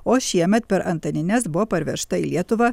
o šiemet per antanines buvo parvežta į lietuvą